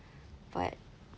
but